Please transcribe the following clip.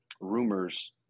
rumors